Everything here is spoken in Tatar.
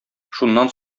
шуннан